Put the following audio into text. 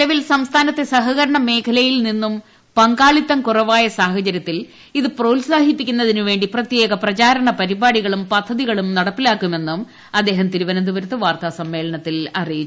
നിലവിൽ സംസ്ഥാനത്തെ സഹകരണമേഖലയിൽ നിന്നും പങ്കാളിത്തം കുറവായ സാഹചര്യത്തിൽ ഇത് പ്രോത്സാഹിപ്പിക്കുന്നതിന് വേണ്ടി പ്രത്യേക പ്രചരണ പരിപ്പാട്ടികളും പദ്ധതികളും നടപ്പിലാക്കുമെന്നും അദ്ദേഹം തിരുവിന്ന്തപുരത്ത് വാർത്താ സമ്മേളനത്തിൽ അറിയിച്ചു